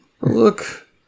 Look